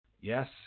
yes